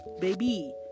baby